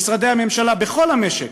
במשרדי הממשלה ובכל המשק,